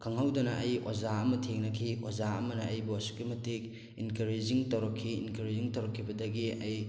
ꯈꯪꯍꯧꯗꯕ ꯑꯩ ꯑꯣꯖꯥ ꯑꯃ ꯊꯦꯡꯅꯈꯤ ꯑꯣꯖꯥ ꯑꯃꯅ ꯑꯩꯕꯨ ꯑꯁꯨꯛꯀꯤ ꯃꯇꯤꯛ ꯏꯟꯀꯔꯦꯖꯤꯡ ꯇꯧꯔꯛꯈꯤ ꯏꯟꯀꯔꯦꯖꯤꯡ ꯇꯧꯔꯛꯈꯤꯕꯗꯒꯤ ꯑꯩ